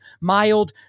mild